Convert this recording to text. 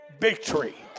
victory